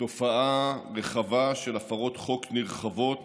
לתופעה רחבה של הפרות חוק נרחבות